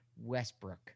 Westbrook